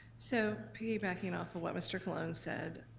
so piggybacking off but what mr. colon said,